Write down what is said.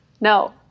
No